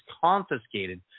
confiscated